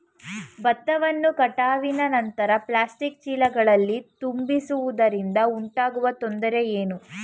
ಭತ್ತವನ್ನು ಕಟಾವಿನ ನಂತರ ಪ್ಲಾಸ್ಟಿಕ್ ಚೀಲಗಳಲ್ಲಿ ತುಂಬಿಸಿಡುವುದರಿಂದ ಉಂಟಾಗುವ ತೊಂದರೆ ಏನು?